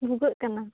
ᱵᱷᱩᱜᱟᱹᱜ ᱠᱟᱱᱟ